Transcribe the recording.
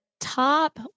Top